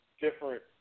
different